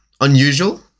unusual